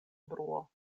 bruo